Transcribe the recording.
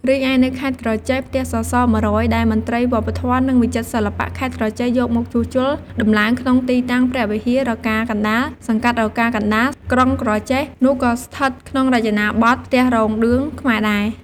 រីឯនៅខេត្តក្រចេះ ផ្ទះសសរ ១០០ ដែលមន្ទីរវប្បធម៌និងវិចិត្រសិល្បៈខេត្តក្រចេះយកមកជួសជុលដំឡើងក្នុងទីតាំងព្រះវិហាររកាកណ្ដាល សង្កាត់រកាកណ្ដាល ក្រុងក្រចេះ នោះក៏ស្ថិតក្នុងរចនាបថផ្ទះរោងឌឿងខ្មែរដែរ។